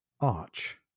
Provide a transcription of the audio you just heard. arch